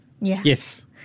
yes